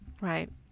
right